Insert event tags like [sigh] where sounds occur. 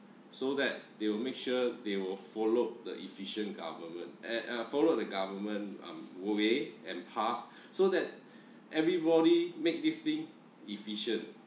so that they will make sure they will followed the efficient government eh uh follow the government um way and path [breath] so that everybody make this thing efficient